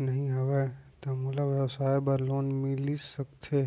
नहीं हवय त मोला व्यवसाय बर लोन मिलिस सकथे?